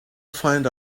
find